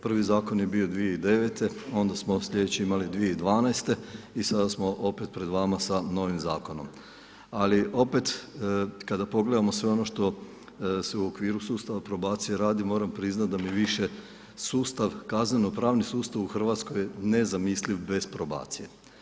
Prvi zakon je bio 2009. onda smo slijedeći imali 2012. i sada smo opet pred vama sa novim zakonom, ali opet kada pogledamo sve ono što se u okviru sustava probacije radi moram priznat da mi više sustav kazneno-pravni sustav u Hrvatskoj ne zamisliv bez probacije.